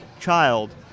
child